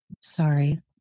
sorry